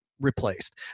replaced